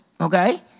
Okay